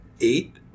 Eight